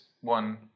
one